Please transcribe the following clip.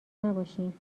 نباشین